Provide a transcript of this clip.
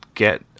Get